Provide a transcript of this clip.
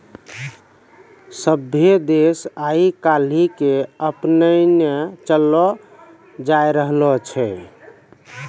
सभ्भे देश आइ काल्हि के अपनैने चललो जाय रहलो छै